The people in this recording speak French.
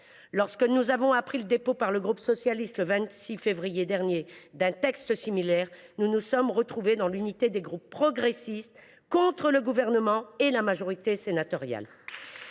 Lorsque nous avons appris le dépôt par le groupe socialiste, le 26 février 2024, d’un texte similaire, nous nous sommes rassemblés dans un pôle progressiste contre le Gouvernement et la majorité sénatoriale.